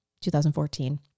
2014